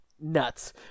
nuts